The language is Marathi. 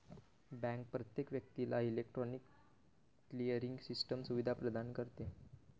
बँक प्रत्येक व्यक्तीला इलेक्ट्रॉनिक क्लिअरिंग सिस्टम सुविधा प्रदान करते